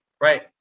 right